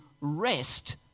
rest